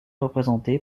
représenté